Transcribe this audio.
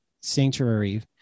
Sanctuary